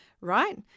Right